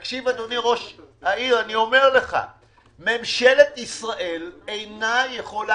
אני מבטיח לך שכולם יצביעו בעד מכיוון שהנושא של העוטף לא נכנס